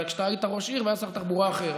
אלא כשאתה היית ראש עיר והיה שר תחבורה אחר,